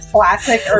Classic